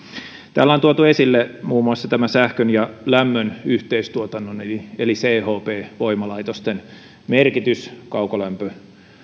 täällä on tuotu esille muun muassa sähkön ja lämmön yhteistuotannon eli eli chp voimalaitosten merkitys kaukolämpö